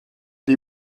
die